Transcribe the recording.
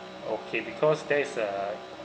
okay because there is a